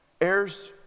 Heirs